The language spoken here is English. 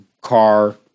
car